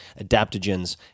adaptogens